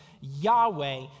Yahweh